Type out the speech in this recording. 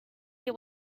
here